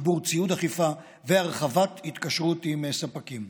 לתגבור ציוד אכיפה ולהרחבת התקשרות עם ספקים.